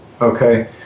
okay